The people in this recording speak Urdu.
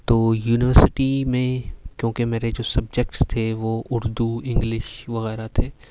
تو یونیورسٹی میں کیونکہ میرے جو سبجیکٹس وہ اردو انگلش وغیرہ تھے